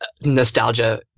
nostalgia